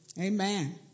Amen